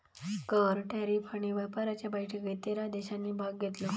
कर, टॅरीफ आणि व्यापाराच्या बैठकीत तेरा देशांनी भाग घेतलो